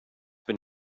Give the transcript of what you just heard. been